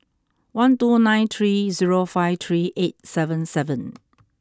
one two nine three zero five three eight seven seven